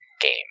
game